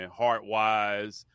heart-wise